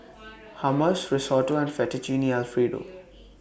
Hummus Risotto and Fettuccine Alfredo